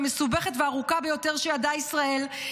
המסובכת והארוכה ביותר שידעה ישראל,